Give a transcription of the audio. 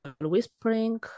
whispering